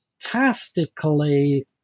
fantastically